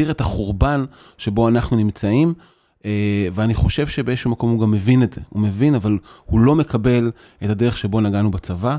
תשאיר את החורבן שבו אנחנו נמצאים ואני חושב שבאיזשהו מקום הוא גם מבין את זה, הוא מבין אבל הוא לא מקבל את הדרך שבו נגענו בצבא,